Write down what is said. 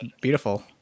beautiful